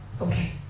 Okay